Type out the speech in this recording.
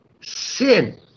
sin